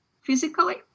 physically